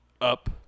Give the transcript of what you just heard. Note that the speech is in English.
up